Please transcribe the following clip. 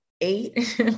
Eight